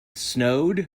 snowed